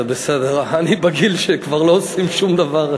אני בגיל שכבר לא עושים שום דבר,